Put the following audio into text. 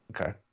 Okay